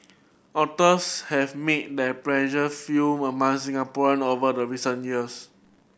otters have made their pleasure feel among Singaporean over the recent years